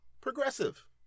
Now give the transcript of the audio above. progressive